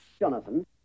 Jonathan